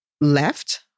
left